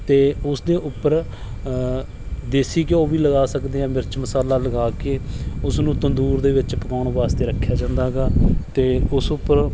ਅਤੇ ਉਸ ਦੇ ਉੱਪਰ ਦੇਸੀ ਘਿਓ ਵੀ ਲਗਾ ਸਕਦੇ ਹਾਂ ਮਿਰਚ ਮਸਾਲਾ ਲਗਾ ਕੇ ਉਸ ਨੂੰ ਤੰਦੂਰ ਦੇ ਵਿੱਚ ਪਕਾਉਣ ਵਾਸਤੇ ਰੱਖਿਆ ਜਾਂਦਾ ਹੈਗਾ ਅਤੇ ਉਸ ਉੱਪਰ